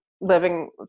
living